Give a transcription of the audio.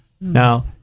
Now